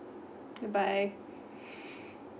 good bye